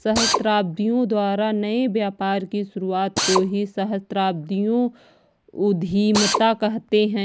सहस्राब्दियों द्वारा नए व्यापार की शुरुआत को ही सहस्राब्दियों उधीमता कहते हैं